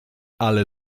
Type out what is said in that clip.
ale